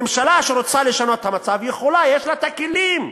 ממשלה שרוצה לשנות את המצב יכולה, יש לה את הכלים.